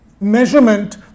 measurement